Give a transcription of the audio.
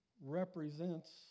represents